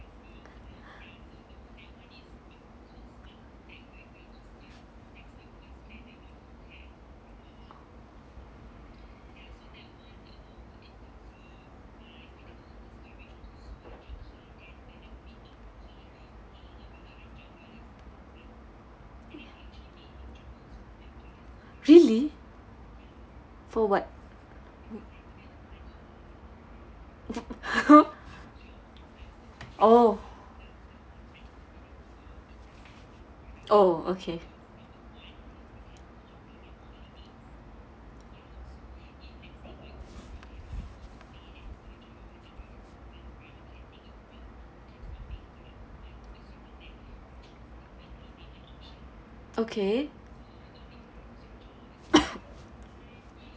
really for what oh oh okay okay